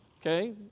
Okay